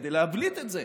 כדי להבליט את זה,